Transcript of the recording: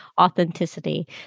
authenticity